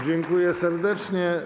Dziękuję serdecznie.